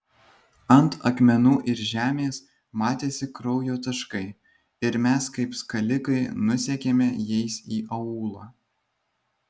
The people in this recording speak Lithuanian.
ant akmenų ir žemės matėsi kraujo taškai ir mes kaip skalikai nusekėme jais į aūlą